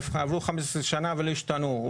עברו 15 שנה ולא השתנו.